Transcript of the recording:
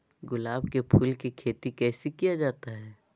गुलाब के फूल की खेत कैसे किया जाता है?